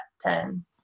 ten